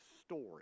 story